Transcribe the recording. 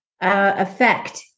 effect